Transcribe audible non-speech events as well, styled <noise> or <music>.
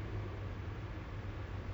bila nak snow ah <noise>